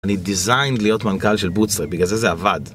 אני דיזיינד להיות מנכ"ל של בוצר, בגלל זה זה עבד.